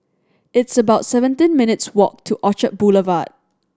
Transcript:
it's about seventeen minutes' walk to Orchard Boulevard